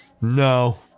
no